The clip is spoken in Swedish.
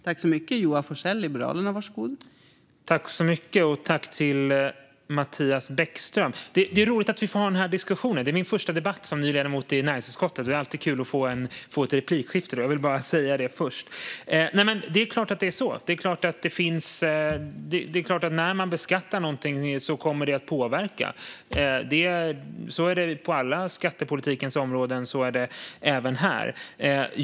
Fru talman! Tack, Mattias Bäckström Johansson, för frågan! Det är roligt att vi får ha den här diskussionen. Detta är min första debatt som ny ledamot i näringsutskottet. Det är alltid kul att få ett replikskifte. Jag vill bara säga det först. När man beskattar något är det klart att det kommer att påverka. Det är klart att det är så. Så är det på alla skattepolitikens områden och även här.